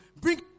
Bring